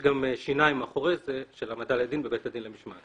יש גם שיניים מאחורי זה של העמדה לדין בבית הדין למשמעת.